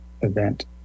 event